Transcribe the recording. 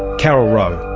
carol roe,